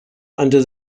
under